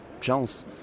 chance